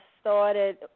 started